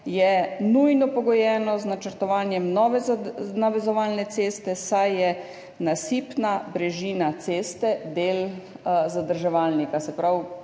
je nujno pogojeno z načrtovanjem nove navezovalne ceste, saj je nasipna brežina ceste del zadrževalnika.